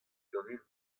ganin